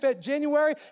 January